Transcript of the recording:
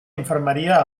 infermeria